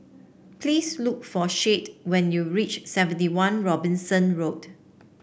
please look for Shade when you reach Seventy One Robinson Road